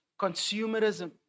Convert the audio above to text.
Consumerism